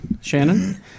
Shannon